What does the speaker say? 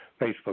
Facebook